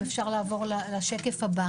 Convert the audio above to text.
שאם הילדים שם ינשרו מבתי הספר האלה,